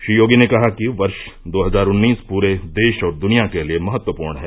श्री योगी ने कहा कि वर्ष दो हजार उन्नीस पूरे देश और दुनिया के लिये महत्वपूर्ण है